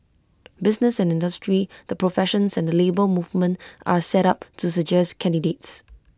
business and industry the professions and the Labour Movement are set up to suggest candidates